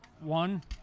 one